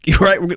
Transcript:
right